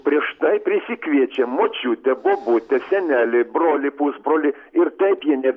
prieš tai prisikviečia močiutę bobutę senelį brolį pusbrolį ir taip jie ne